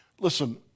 Listen